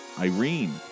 Irene